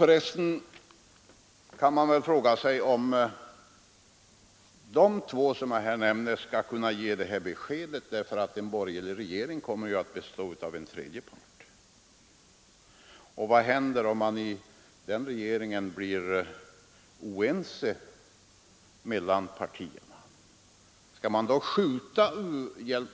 För resten kan man fråga sig om dessa båda kan ge detta besked, eftersom en borgerlig regering ju kommer att bestå även av en tredje part. Vad händer om man i den regeringen blir oense mellan partierna? Skall man då skjuta på uppnåendet